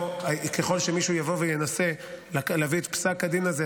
ככל שמישהו יבוא וינסה להביא את פסק הדין הזה,